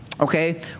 Okay